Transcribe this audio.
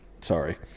sorry